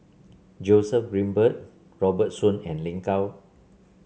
Joseph Grimberg Robert Soon and Lin Gao